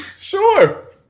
Sure